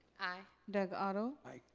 aye. doug otto? aye.